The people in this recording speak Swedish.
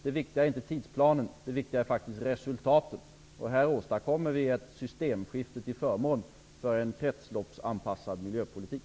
Det viktiga är inte tidsplanen. Det viktiga är faktiskt resultatet. Här åstadkommer vi ett systemskifte till förmån för en kretsloppsanpassad miljöpolitik.